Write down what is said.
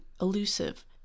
elusive